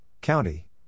County